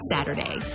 Saturday